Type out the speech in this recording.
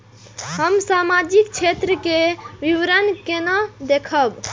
हम सामाजिक क्षेत्र के विवरण केना देखब?